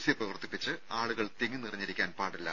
C പ്രവർത്തിപ്പിച്ച് ആളുകൾ തിങ്ങിനിറഞ്ഞിരിക്കാൻ പാടില്ല